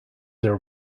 their